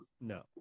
No